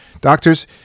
Doctors